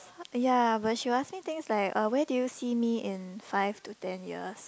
ya but she ask me things uh like where do you see me in five to ten years